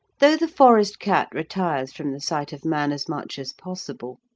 though the forest cat retires from the sight of man as much as possible,